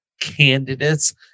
candidates